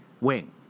wing